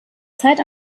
zeit